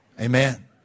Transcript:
Amen